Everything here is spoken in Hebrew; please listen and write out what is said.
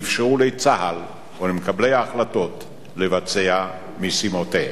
ואפשרו לצה"ל ולמקבלי ההחלטות לבצע משימותיהם.